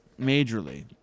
majorly